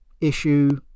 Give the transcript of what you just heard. issue